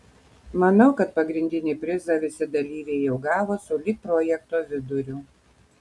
manau kad pagrindinį prizą visi dalyviai jau gavo sulig projekto viduriu